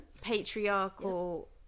patriarchal